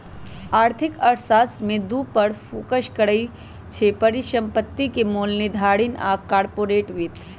आर्थिक अर्थशास्त्र में दू पर फोकस करइ छै, परिसंपत्ति के मोल निर्धारण आऽ कारपोरेट वित्त